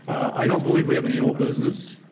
i don't believe we have any old business.